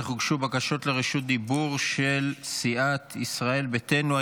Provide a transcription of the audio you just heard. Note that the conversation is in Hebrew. אך הוגשו בקשות לרשות דיבור של סיעת ישראל ביתנו.